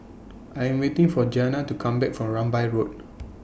I Am waiting For Gianna to Come Back from Rambai Road